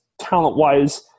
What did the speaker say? talent-wise